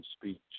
speech